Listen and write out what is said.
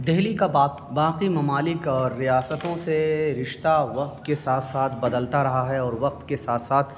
دلی کا باقی ممالک اور ریاستوں سے رشتہ وقت کے ساتھ ساتھ بدلتا رہا ہے اور وقت کے ساتھ ساتھ